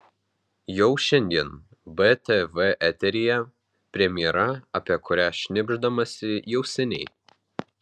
jau šiandien btv eteryje premjera apie kurią šnibždamasi jau seniai